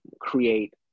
create